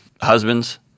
husbands –